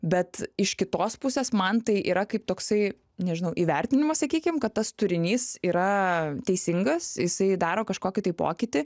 bet iš kitos pusės man tai yra kaip toksai nežinau įvertinimas sakykim kad tas turinys yra teisingas jisai daro kažkokį pokytį